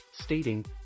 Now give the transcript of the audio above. stating